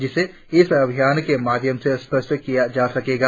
जिससे इस अभियान के माध्यम से स्पष्ट किया जा सकेगा